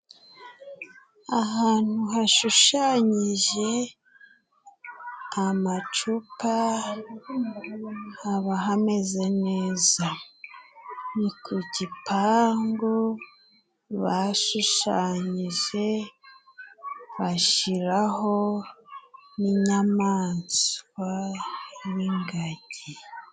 Ahantu hashushanyije amacupa haba hameze neza, ni ku gipangu bashushanyije bashiraho n'inyamanswa n'ingagi.